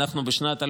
אנחנו בשנת 2023,